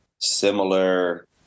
similar